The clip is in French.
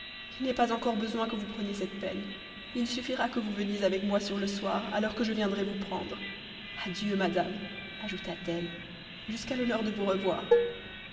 il n'est pas encore besoin que vous preniez cette peine il suffira que vous veniez avec moi sur le soir à l'heure que je viendrai vous prendre adieu madame ajouta-t-elle jusqu'à l'honneur de vous revoir